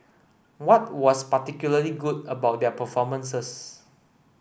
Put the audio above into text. what was particularly good about their performances